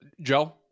Joe